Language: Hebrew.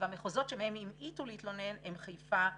והמחוזות מהם המעיטו להתלונן הם חיפה והצפון.